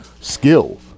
skill